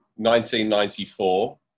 1994